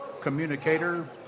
communicator